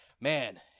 Man